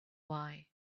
why